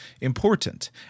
important